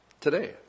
today